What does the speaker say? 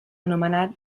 anomenat